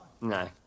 No